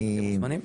אתם מוזמנים.